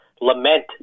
lament